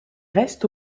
reste